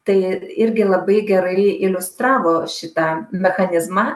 tai irgi labai gerai iliustravo šitą mechanizmą